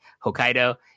Hokkaido